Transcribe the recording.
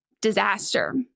disaster